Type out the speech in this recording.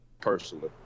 personally